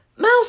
Mouse